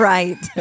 Right